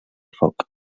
foc